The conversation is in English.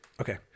Okay